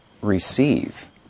receive